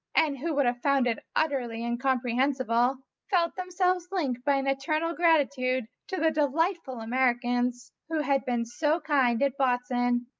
and who would have found it utterly incomprehensible, felt themselves linked by an eternal gratitude to the delightful americans who had been so kind at botzen.